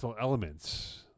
elements